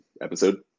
episode